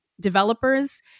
developers